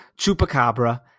Chupacabra